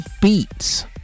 Beats